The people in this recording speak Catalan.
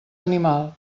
animal